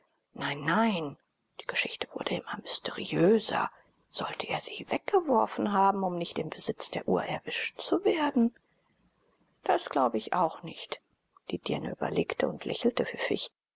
nein nein die geschichte wurde immer mysteriöser sollte er sie weggeworfen haben um nicht im besitz der uhr erwischt zu werden das glaube ich auch nicht die dirne überlegte und lächelte pfiffig